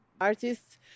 artists